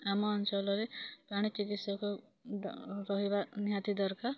ଆମ ଅଞ୍ଚଲରେ ପ୍ରାଣୀ ଚିକିତ୍ସକ ରହିବା ନିହାତି ଦରକାର